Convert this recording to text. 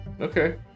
Okay